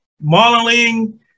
modeling